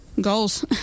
Goals